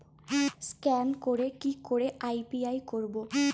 Scan করে কি করে ইউ.পি.আই করবো?